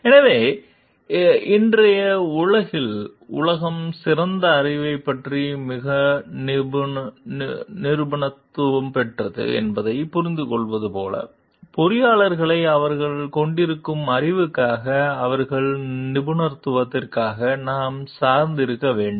எனவே இன்றைய உலகில் உலகம் சிறப்பு அறிவைப் பற்றி மிகவும் நிபுணத்துவம் பெற்றது என்பதைப் புரிந்துகொள்வது போல பொறியியலாளர்களை அவர்கள் கொண்டிருக்கும் அறிவுக்காக அவர்களின் நிபுணத்துவத்திற்காக நாம் சார்ந்து இருக்க வேண்டும்